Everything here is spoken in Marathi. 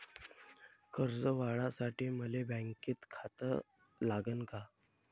कर्ज काढासाठी मले बँकेत खातं लागन का?